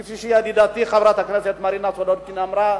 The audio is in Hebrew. כפי שידידתי חברת הכנסת מרינה סולודקין אמרה,